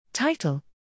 Title